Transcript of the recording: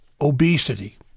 Obesity